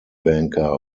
banker